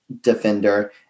defender